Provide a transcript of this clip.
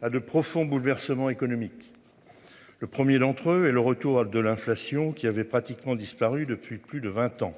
à de profonds bouleversements économiques. Le 1er d'entre eux et le retour de l'inflation qui avait pratiquement disparu depuis plus de 20 ans.